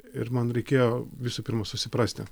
ir man reikėjo visų pirma susiprasti